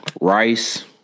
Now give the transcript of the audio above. Rice